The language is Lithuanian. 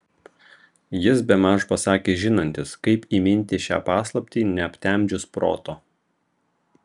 jis bemaž pasakė žinantis kaip įminti šią paslaptį neaptemdžius proto